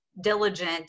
diligent